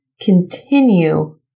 continue